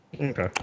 Okay